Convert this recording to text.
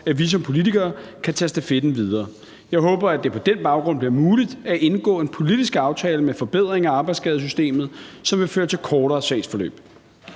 at vi som politikere kan tage stafetten videre. Jeg håber, at det på den baggrund bliver muligt at indgå en politisk aftale med forbedring af arbejdsskadesystemet, som vil føre til kortere sagsforløb.